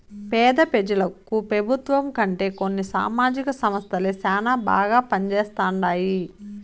పేద పెజలకు పెబుత్వం కంటే కొన్ని సామాజిక సంస్థలే శానా బాగా పంజేస్తండాయి